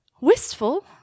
wistful—